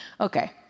Okay